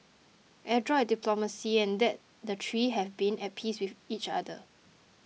adroit diplomacy and that the three have been at peace with each another